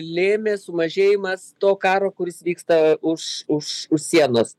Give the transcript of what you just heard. lėmė sumažėjimas to karo kuris vyksta už už už sienos